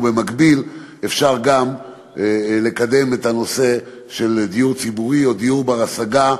ובמקביל אפשר גם לקדם את הנושא של דיור ציבורי או דיור בר-השגה,